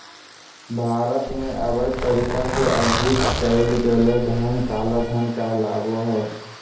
भारत में, अवैध तरीका से अर्जित कइल गेलय धन काला धन कहलाबो हइ